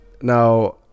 now